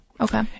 Okay